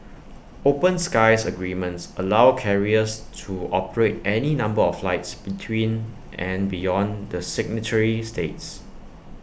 open skies agreements allow carriers to operate any number of flights between and beyond the signatory states